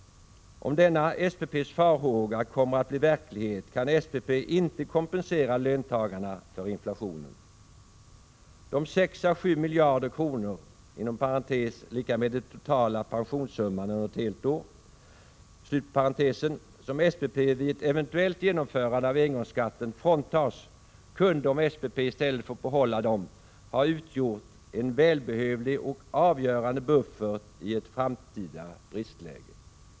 Om denna SPP:s farhåga kommer att bli verklighet kan SPP inte kompensera löntagarna för inflationen. De 6 å 7 miljarder kronor — den totala premiesumman under ett helt år — som SPP vid ett eventuellt genomförande av engångsskatten fråntas kunde om SPP i stället fått behålla dem ha utgjort en välbehövlig och avgörande buffert i ett framtida bristläge.